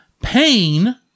Pain